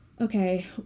okay